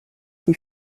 qui